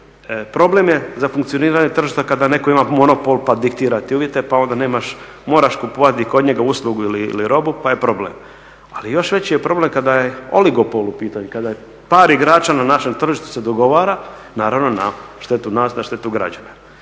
problem je za funkcioniranje tržišta kada netko ima monopol pa diktira ti uvjete pa onda moraš kupovati kod njega uslugu ili robu pa je problem. Ali još veći je problem kada je oligopol u pitanju, kada par igrača na našem tržištu se dogovara, naravno na štetu nas, na štetu građana.